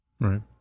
Right